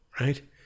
right